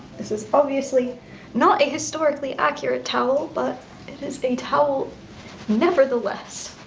this is obviously not a historically accurate towel, but it is a towel nevertheless.